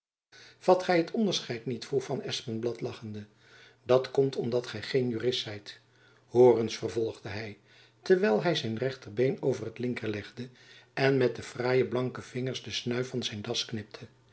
gy het onderscheid niet vroeg van espenblad lachende dat komt omdat gy geen jurist zijt hoor eens vervolgde hy terwijl hy zijn rechter been over het linker legde en met de fraaie blanke vingers den snuif van zijn das knipte